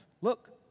Look